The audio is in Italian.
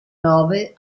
nove